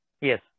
Yes